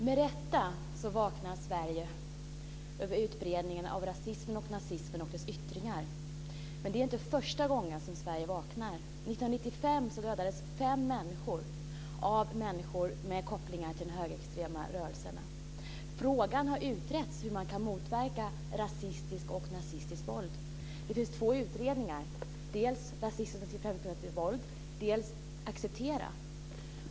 Fru talman! Med rätta vaknar Sverige inför utbredningen av rasismen, nazismen och dess yttringar. Men det är inte första gången som Sverige vaknar. 1995 mördades fem människor av personer med kopplingar till de högerextrema rörelserna. Frågan har utretts om hur man kan motverka rasistiskt och nazistiskt våld. Det finns två utredningar, dels Rasistiskt och främlingsfientligt våld, dels Acceptera!.